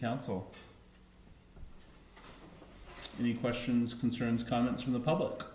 counsel new questions concerns comments from the public